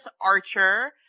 Archer